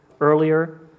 earlier